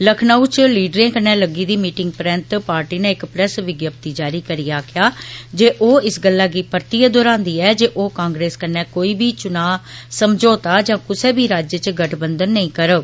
लखनऊ च लीडरें कन्नै लग्गी दी मीटिंग परैन्त पार्टी नै इक प्रैस विज्ञप्ति जारी करियै आक्खेआ जे ओह् इस गल्ल गी परतिऐ दुहरान्दी ऐ जे ओह् कांग्रेस कन्नै कोई बी चुना समझौता जां कुसै बी राज्य च गठबंधन नेई करुग